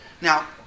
Now